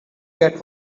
get